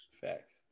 facts